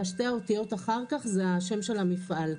ושתי האותיות אחר כך זה השם של המפעל.